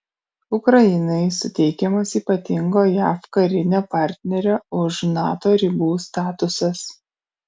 ukrainai suteikiamas ypatingo jav karinio partnerio už nato ribų statusas